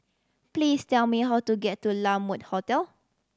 please tell me how to get to La Mode Hotel